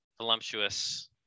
voluptuous